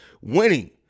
winning